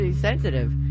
sensitive